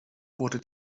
wurde